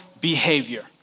behavior